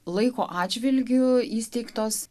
laiko atžvilgiu įsteigtos